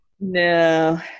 No